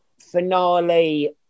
finale